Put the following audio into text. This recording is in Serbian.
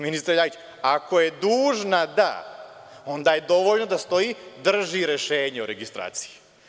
Ministre Ljajiću, ako je dužna da, onda je dovoljno da stoji - drži rešenje o registraciji.